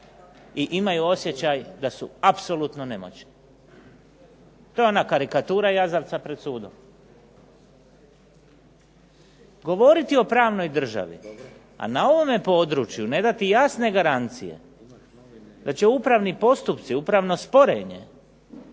i imaju osjećaj da su apsolutno nemoćni. To je ona karikatura jazavca pred sudom. Govoriti o pravnoj državi, a na ovome području ne dati jasne garancije da će upravni postupci, upravno sporenje